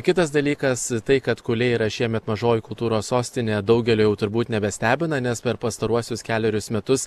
kitas dalykas tai kad kuliai yra šiemet mažoji kultūros sostinė daugelio jau turbūt nebestebina nes per pastaruosius kelerius metus